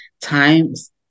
times